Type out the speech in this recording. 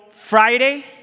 Friday